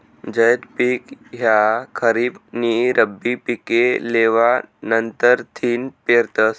झैद पिक ह्या खरीप नी रब्बी पिके लेवा नंतरथिन पेरतस